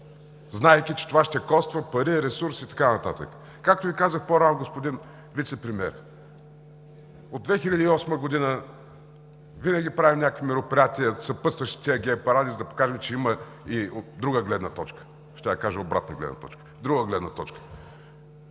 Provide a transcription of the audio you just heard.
знаейки, че това ще коства пари, ресурс и така нататък?! Както Ви казах по-рано, господин Вицепремиер, от 2008 г. винаги правим някакви мероприятия, съпътстващи тези гей паради, за да покажем, че има и друга гледна точка. Щях да кажа обратна гледна точка – друга гледна точка.